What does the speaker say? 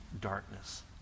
darkness